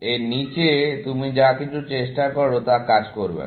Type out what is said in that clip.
এর নিচে তুমি যা কিছু চেষ্টা করো তা কাজ করবে না